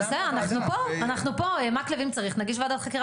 בסדר, אנחנו פה, מקלב אם צריך נגיש וועדת חקירה